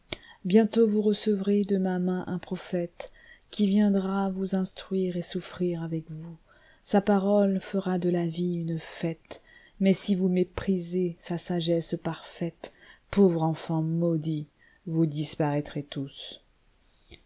bientôt vous recevrez de ma main un prophètequi viendra vous instruire et souffrir avec vous sa parole fera de la vie une fête mais si vous méprisez sa sagesse parfaite pauvres enfants maudits vous disuaraîtrez tous